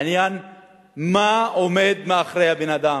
העניין הוא מה עומד מאחורי הבן-אדם,